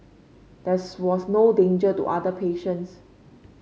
there's was no danger to other patients